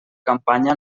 campanya